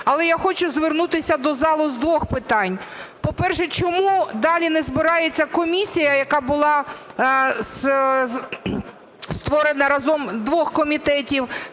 Але я хочу звернутися до залу з двох питань. По-перше, чому далі не збирається комісія, яка була створена разом з двох комітетів,